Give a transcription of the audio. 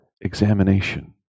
examination